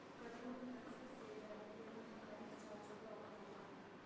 డబ్బును ట్రాన్స్ఫర్ సేయడానికి ఏమన్నా బ్యాంకు చార్జీలు అవుతాయా?